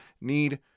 need